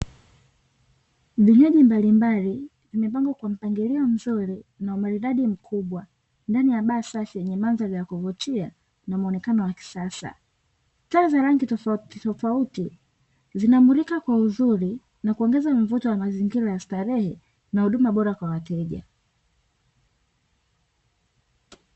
Vinywaji mbalimbali vimepangwa kwa mpangilio mzuri na umaridadi mkubwa ndani ya baa safi yenye mandhari ya kuvutia na muonekano wa kisasa. Taa za rangi tofautitofauti zinamulika kwa uzuri, na kuongeza mvuto wa mazimgira ya starehe na huduma bora kwa wateja.